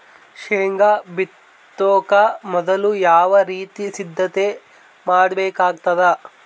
ಶೇಂಗಾ ಬಿತ್ತೊಕ ಮೊದಲು ಯಾವ ರೀತಿ ಸಿದ್ಧತೆ ಮಾಡ್ಬೇಕಾಗತದ?